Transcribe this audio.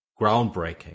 groundbreaking